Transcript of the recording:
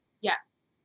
yes